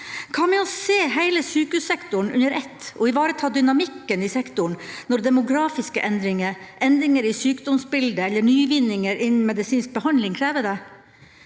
Hva med å se hele sykehussektoren under ett og ivareta dynamikken i sektoren når demografiske endringer, endringer i sykdomsbildet eller nyvinninger innen medisinsk behandling krever det?